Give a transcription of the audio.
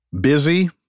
Busy